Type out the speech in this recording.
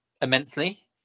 immensely